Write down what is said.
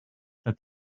that